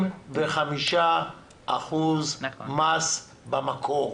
35% מס במקור.